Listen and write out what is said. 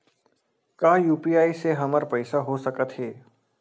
का यू.पी.आई से हमर पईसा हो सकत हे?